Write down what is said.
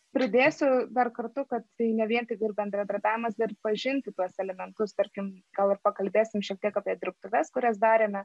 pridėsiu dar kartu kad tai ne vien tik bendradarbiavimas bet pažinti tuos elementus tarkim gal ir pakalbėsim šiek tiek apie dirbtuves kurias darėme